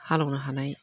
हालेवनो हानाय